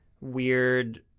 weird